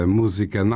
música